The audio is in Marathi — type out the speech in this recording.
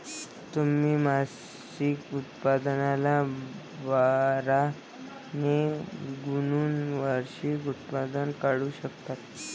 तुम्ही मासिक उत्पन्नाला बारा ने गुणून वार्षिक उत्पन्न काढू शकता